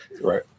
Right